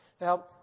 Now